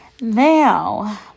Now